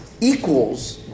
equals